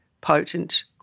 potent